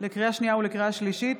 לקריאה שנייה ולקריאה שלישית,